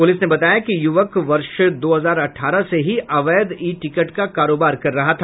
police ने बताया कि यूवक वर्ष दो हजार अठारह से ही अवैध ई टिकट का कारोबार कर रहा था